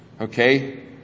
Okay